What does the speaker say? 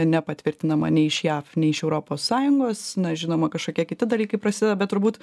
nepatvirtinama nei iš jav nei iš europos sąjungos na žinoma kažkokie kiti dalykai prasideda bet turbūt